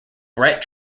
brett